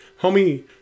homie